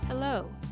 Hello